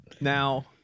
Now